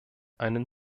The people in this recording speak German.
einen